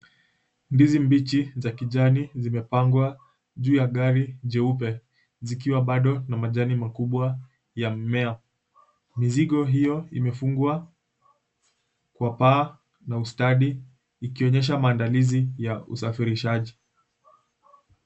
Ndizi mbichi za kijani zimepangwa juu ya gari jeupe zikiwa bado na majani makubwa ya mmea. Mizigo hio imefungwa kwa paa na ustadi ikionyesha maandalizi ya usafirishaji.